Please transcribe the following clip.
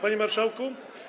Panie Marszałku!